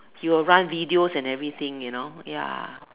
he will run videos and everything you know ya